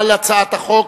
על הצעת החוק.